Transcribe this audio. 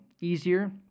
Easier